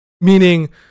meaning